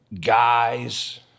guys